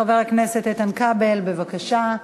חבר הכנסת איתן כבל, בבקשה.